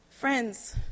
Friends